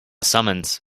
summons